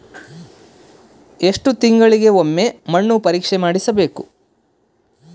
ಎಷ್ಟು ತಿಂಗಳಿಗೆ ಒಮ್ಮೆ ಮಣ್ಣು ಪರೇಕ್ಷೆ ಮಾಡಿಸಬೇಕು?